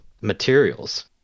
materials